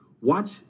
watch